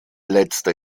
letzte